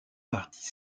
parties